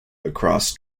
across